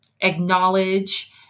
acknowledge